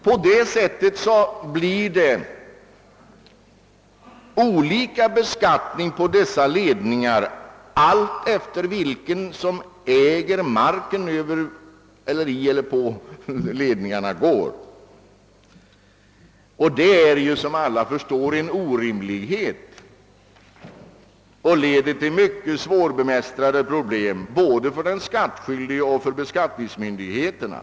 På det sättet blir det olika beskattning alltefter vem som äger marken där de olika delarna av ledningen dras fram. Detta är, som alla förstår, en orimlighet. Förfarandet leder också till mycket svårbemästrade problem för både den skattskyldige och skattemyndigheterna.